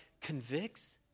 convicts